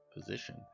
position